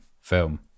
film